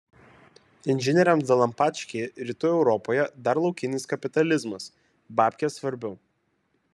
inžinieriams dalampački rytų europoje dar laukinis kapitalizmas babkės svarbiau